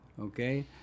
okay